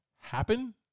happen